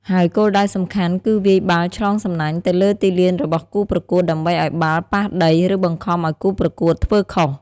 ហើយគោលដៅសំខាន់គឺវាយបាល់ឆ្លងសំណាញ់ទៅលើទីលានរបស់គូប្រកួតដើម្បីឱ្យបាល់ប៉ះដី ឬបង្ខំឱ្យគូប្រកួតធ្វើខុស។